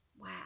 Wow